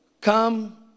come